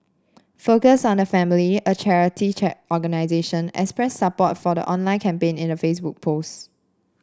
focus on the Family a charity organisation expressed support for the online campaign in a Facebook post